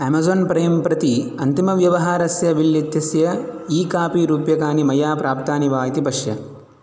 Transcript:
Amazon Prime प्रति अन्तिमव्यवहारस्य bill इत्यस्य ई कापी रूप्यकाणि मया प्राप्तानि वा इति पश्य